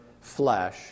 flesh